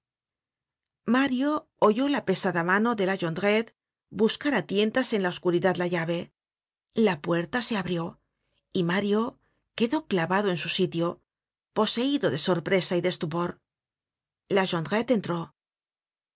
mario oyó la pesada mano de la jondrette buscar á tientas en la oscuridad la llave la puerta se abrió y mario quedó clavado en su sitio poseido de sorpresa y de estupor la jondrette entró